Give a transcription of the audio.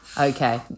Okay